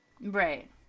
Right